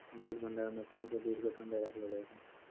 दूध भंडारण मसीन सें दूध क ठंडा रखलो जाय छै